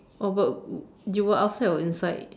oh but you were outside or inside